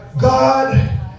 God